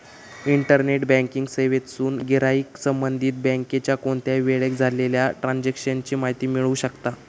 internet banking सेवेतसून गिराईक संबंधित बँकेच्या कोणत्याही वेळेक झालेल्या ट्रांजेक्शन ची माहिती मिळवू शकता